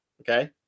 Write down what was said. okay